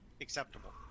acceptable